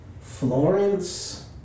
Florence